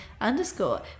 underscore